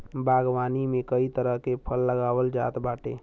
बागवानी में कई तरह के फल लगावल जात बाटे